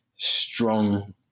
Strong